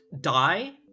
die